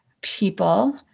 people